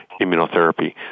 immunotherapy